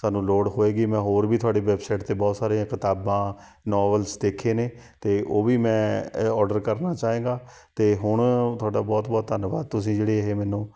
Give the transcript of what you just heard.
ਸਾਨੂੰ ਲੋੜ ਹੋਏਗੀ ਮੈਂ ਹੋਰ ਵੀ ਤੁਹਾਡੀ ਵੈੱਬਸਾਈਟ 'ਤੇ ਬਹੁਤ ਸਾਰੀਆਂ ਕਿਤਾਬਾਂ ਨੋਵਲਸ ਦੇਖੇ ਨੇ ਅਤੇ ਉਹ ਵੀ ਮੈਂ ਇਹ ਔਡਰ ਕਰਨਾ ਚਾਹਾਂਗਾ ਅਤੇ ਹੁਣ ਤੁਹਾਡਾ ਬਹੁਤ ਬਹੁਤ ਧੰਨਵਾਦ ਤੁਸੀਂ ਜਿਹੜੇ ਇਹ ਮੈਨੂੰ